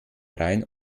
rhein